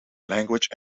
language